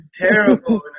terrible